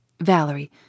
Valerie